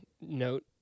note